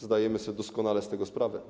Zdajemy sobie doskonale z tego sprawę.